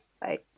Bye